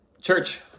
Church